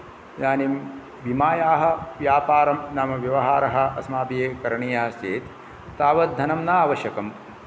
इदानिं विमायाः व्यापारं नाम व्यवहारः अस्माभिः करणीयः चेत् तावत् धनं न आवश्यकम्